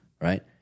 Right